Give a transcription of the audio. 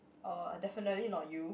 oh definitely not you